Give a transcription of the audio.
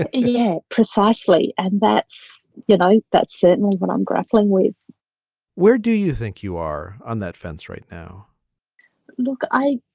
yeah precisely. and that's you and know that's certainly what i'm grappling with where do you think you are on that fence right now look i